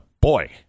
boy